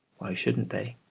why shouldn't they?